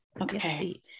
Okay